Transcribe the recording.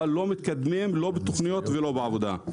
אבל לא מתקדמים לא בתוכניות ולא בעבודה.